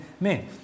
Men